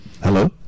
Hello